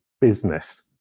business